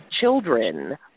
children